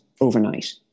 overnight